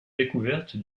découverte